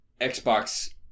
Xbox